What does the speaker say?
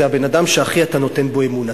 זה הבן-אדם שאתה הכי נותן בו אמון.